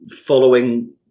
following